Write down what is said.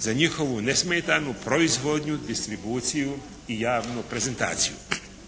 za njihovu nesmetanu proizvodnju, distribuciju i javnu prezentaciju.